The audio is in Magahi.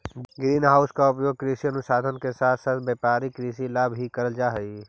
ग्रीन हाउस का उपयोग कृषि अनुसंधान के साथ साथ व्यापारिक कृषि ला भी करल जा हई